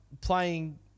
Playing